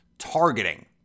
targeting